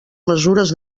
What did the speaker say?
mesures